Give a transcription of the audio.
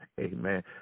amen